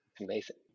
amazing